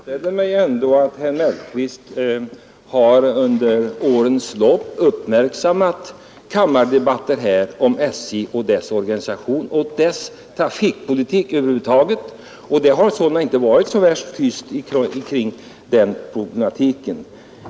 Herr talman! Jag föreställer mig att herr Mellqvist under årens lopp har uppmärksammat kammardebatterna om SJ, om dess organisation och dess trafikpolitik. Det har sålunda inte varit så värst tyst kring den problematiken.